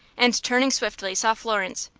and turning swiftly saw florence,